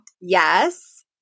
Yes